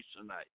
tonight